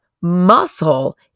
muscle